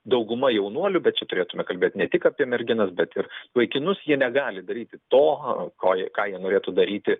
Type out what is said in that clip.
dauguma jaunuolių bet čia turėtume kalbėt ne tik apie merginas bet ir vaikinus jie negali daryti to ko ką jie norėtų daryti